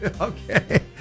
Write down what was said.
Okay